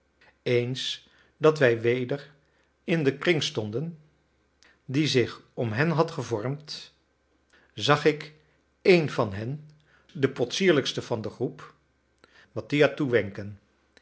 eens dat wij weder in den kring stonden die zich om hen had gevormd zag ik een van hen den potsierlijkste van den troep mattia toewenken